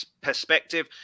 perspective